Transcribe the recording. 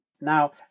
Now